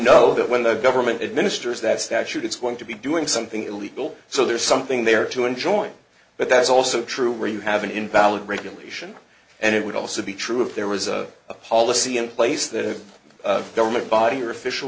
know that when the government administers that statute it's going to be doing something illegal so there's something there to enjoy but that's also true where you have an invalid regulation and it would also be true if there was a policy in place that a government body or official